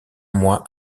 mois